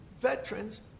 veterans